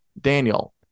Daniel